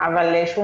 אז אפשר...